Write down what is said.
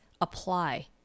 apply